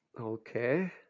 okay